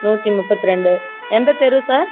நூற்றி முப்பத்தி ரெண்டு எந்த தெரு சார்